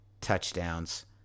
touchdowns